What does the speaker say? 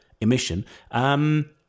emission